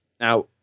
Now